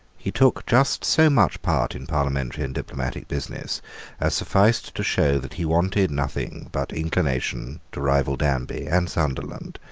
he took just so much part in parliamentary and diplomatic business as sufficed to show that he wanted nothing but inclination to rival danby and sunderland,